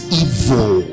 evil